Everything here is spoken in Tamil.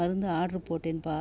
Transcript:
மருந்து ஆட்ரு போட்டேன்ப்பா